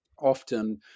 often